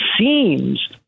seems